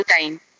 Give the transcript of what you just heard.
time